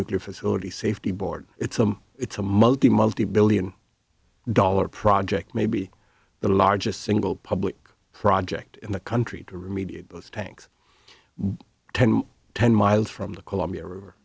nuclear facility safety board it's a it's a multi multi billion dollar project maybe the largest single public project in the country to remediate those tanks ten ten miles from the columbia river